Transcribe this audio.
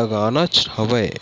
लगानाच हवय